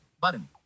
button